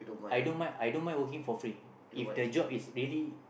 I don't mind I don't mind working for free if the job is really